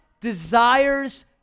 desires